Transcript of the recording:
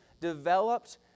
developed